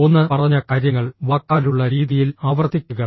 ഒന്ന് പറഞ്ഞ കാര്യങ്ങൾ വാക്കാലുള്ള രീതിയിൽ ആവർത്തിക്കുക